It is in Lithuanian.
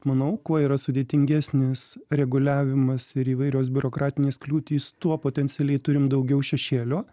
manau kuo yra sudėtingesnis reguliavimas ir įvairios biurokratinės kliūtys tuo potencialiai turim daugiau šešėlio